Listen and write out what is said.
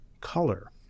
color